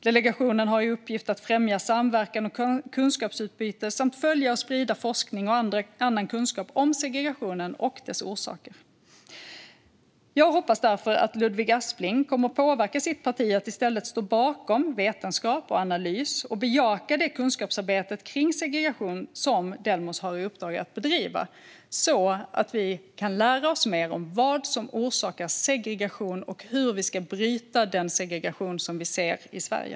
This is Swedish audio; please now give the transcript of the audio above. Delegationen har i uppgift att främja samverkan och kunskapsutbyte samt följa och sprida forskning och annan kunskap om segregationen och dess orsaker. Jag hoppas därför att Ludvig Aspling kommer att påverka sitt parti att ställa sig bakom vetenskap och analys och bejaka det kunskapsarbete kring segregation som Delmos har i uppdrag att bedriva, så att vi kan lära oss mer om vad som orsakar segregation och hur vi ska bryta den segregation som vi ser i Sverige.